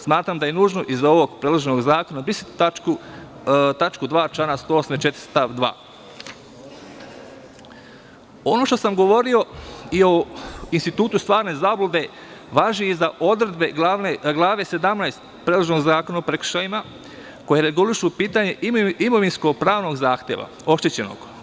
Smatram da je nužno iz ovog predloženog zakona brisati tačku 2. člana 184. stav 2. Ono što sam govorio i o institutu stvarne zablude važi i za odredbe Glave 17. predloženog Zakona o prekršajima koji regulišu pitanje imovinsko-pravnog zahteva oštećenog.